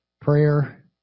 Prayer